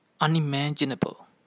unimaginable